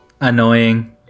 annoying